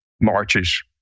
marches